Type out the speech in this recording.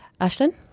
Ashton